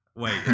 Wait